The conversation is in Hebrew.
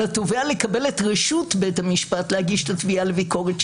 על התובע לקבל רשות בית המשפט להגיש את התביעה לביקורת שיפוטית,